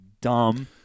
dumb